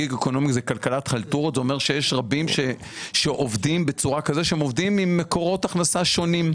לכלכלת החלטורות; זה אומר שיש רבים שעובדים עם מקורות הכנסה שונים.